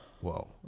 Whoa